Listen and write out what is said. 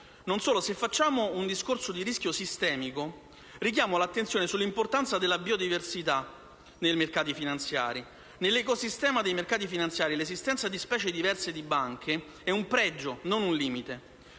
Non solo, se facciamo un discorso di rischio sistemico, richiamo l'attenzione sull'importanza della biodiversità nei mercati finanziari. Nell'ecosistema dei mercati finanziari, l'esistenza di specie diverse di banche è un pregio, non un limite.